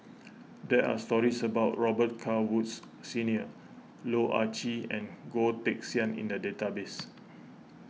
there are stories about Robet Carr Woods Senior Loh Ah Chee and Goh Teck Sian in the database